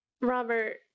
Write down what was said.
Robert